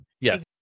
yes